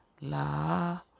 La